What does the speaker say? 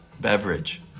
beverage